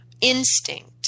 instinct